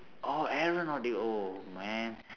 orh aeronautic oh man